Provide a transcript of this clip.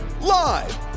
Live